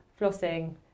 flossing